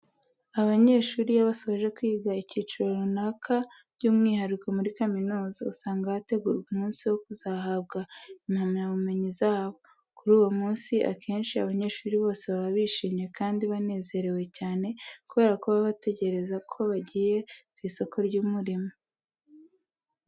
Abanyeshuri iyo basoje kwiga icyiciro runaka by'umwihariko muri kaminuza, usanga hategurwa umunsi wo kuzahabwa impamyabumenyi zabo. Kuri uwo munsi akenshi abanyeshuri bose baba bishimye kandi banezerewe cyane kubera ko baba batekereza ko bagiye ku isoko ry'umurimo.